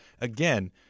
again